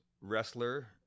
wrestler